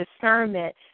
discernment